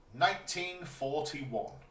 1941